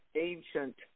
ancient